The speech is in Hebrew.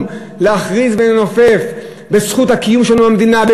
להכריז ולנופף בה כזכות הקיום שלנו במדינה,